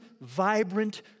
vibrant